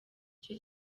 icyo